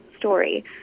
story